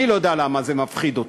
אני לא יודע למה זה מפחיד אותו.